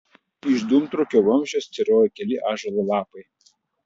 iš dūmtraukio vamzdžio styrojo keli ąžuolo lapai